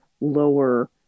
lower